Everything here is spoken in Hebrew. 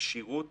הכשירות